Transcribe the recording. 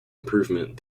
improvement